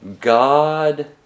God